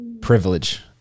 privilege